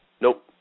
nope